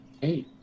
Hey